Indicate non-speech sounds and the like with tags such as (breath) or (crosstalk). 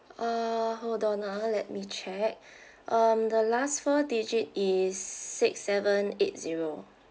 uh hold on ah let me check (breath) um the last four digit is six seven eight zero